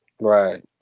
Right